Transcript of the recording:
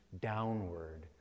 downward